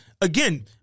again